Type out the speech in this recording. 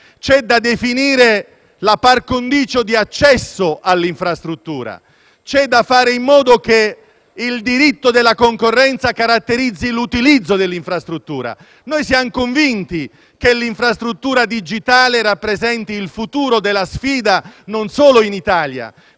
C'è da definire la *par condicio* di accesso all'infrastruttura e occorre fare in modo che il diritto alla concorrenza caratterizzi l'utilizzo dell'infrastruttura. Noi siamo convinti che l'infrastruttura digitale rappresenti il futuro della sfida, non solo in Italia.